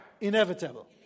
inevitable